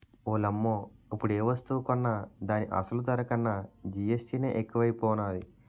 ఓలమ్మో ఇప్పుడేవస్తువు కొన్నా దాని అసలు ధర కన్నా జీఎస్టీ నే ఎక్కువైపోనాది